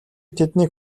тэднийг